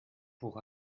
pour